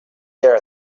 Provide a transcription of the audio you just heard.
there